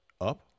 up